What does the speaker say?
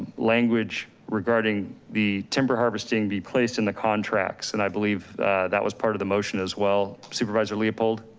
language regarding the timber harvesting be placed in the contracts. and i believe that was part of the motion as well, supervisor leopold?